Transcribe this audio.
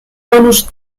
bonus